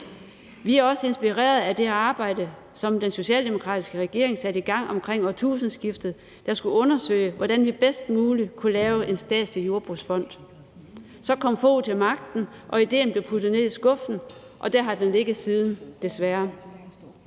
Vi er også inspireret af det arbejde, som den socialdemokratiske regering satte i gang omkring årtusindskiftet, der skulle undersøge, hvordan vi bedst muligt kunne lave en statslig jordbrugsfond. Så kom Anders Fogh Rasmussen til magten, idéen blev puttet ned i skuffen, og der har den ligget lige siden, desværre.